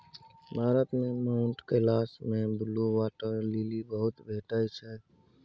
भारत मे माउंट कैलाश मे blue water lily बहुत भेटै छै